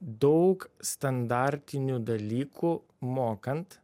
daug standartinių dalykų mokant